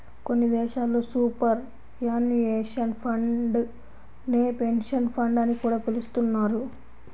కొన్ని దేశాల్లో superannuation fund నే పెన్షన్ ఫండ్ అని కూడా పిలుస్తున్నారు